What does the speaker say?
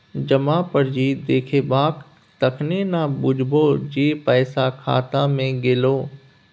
जमा पर्ची देखेबहक तखने न बुझबौ जे पैसा खाता मे गेलौ